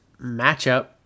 matchup